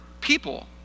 people